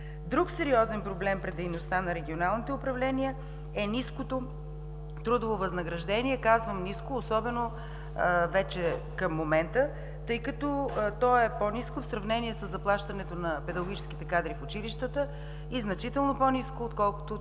Друг сериозен проблем пред дейността на регионалните управления е ниското трудово възнаграждение. Казвам „ниско“, особено вече към момента, тъй като то е по-ниско в сравнение със заплащането на педагогическите кадри в училищата и значително по-ниско, отколкото